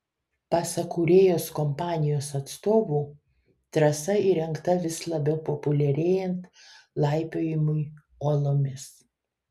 pasak kūrėjos kompanijos atstovų trasa įrengta vis labiau populiarėjant laipiojimui uolomis